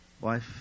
wife